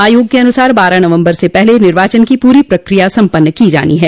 आयोग के अनुसार बारह नवम्बर से पहले निर्वाचन की पूरी प्रक्रिया सम्पन्न की जानी है